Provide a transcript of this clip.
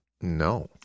No